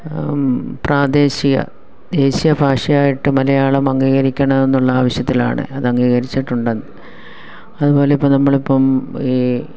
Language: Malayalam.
പ്രാദേശിക ദേശീയ ഭാഷയായിട്ട് മലയാളം അംഗീകരിക്കണമെന്നുള്ള ആവശ്യത്തിലാണ് അത് അംഗീകരിച്ചിട്ടുണ്ട് അതുപോലെ ഇപ്പം നമ്മളിപ്പം ഈ